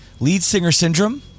LeadsingerSyndrome